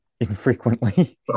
infrequently